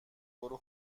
برو